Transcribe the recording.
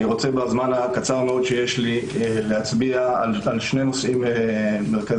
אני רוצה בזמן הקצר שיש לי להצביע על שני נושאים מרכזיים.